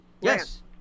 Yes